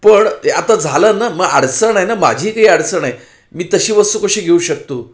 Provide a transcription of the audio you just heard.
पण ॲ आता झालं ना मग अडचण आहे ना माझीही काही अडचण आहे मी तशी वस्तू कशी घेऊ शकतो